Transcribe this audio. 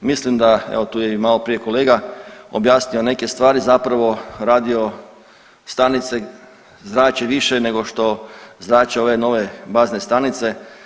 Mislim da evo tu je i malo prije kolega objasnio neke stvari, zapravo radiostanice zrače više nego što zrače ove nove bazne stanice.